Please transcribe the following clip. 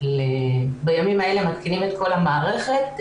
בימים אלה מתקינים את כל המערכת.